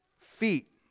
feet